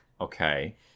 Okay